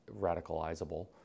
radicalizable